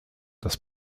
des